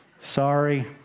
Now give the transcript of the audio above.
Sorry